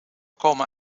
komen